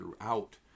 throughout